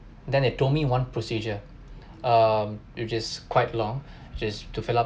then they told me one procedure um which is quite long just to fill up